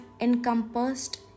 encompassed